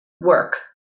work